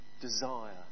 desire